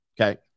okay